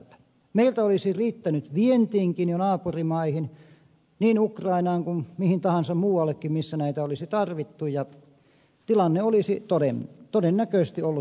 meiltä olisi riittänyt vientiinkin jo naapurimaihin niin ukrainaan kuin mihin tahansa muuallekin missä sitä olisi tarvittu ja tilanne olisi todennäköisesti ollut tämä